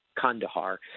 Kandahar